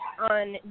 on